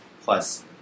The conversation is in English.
plus